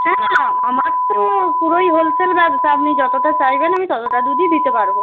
না আমার তো পুরোই হোলসেল ব্যবসা আপনি যতোটা চাইবেন আমি ততটা দুধই দিতে পারবো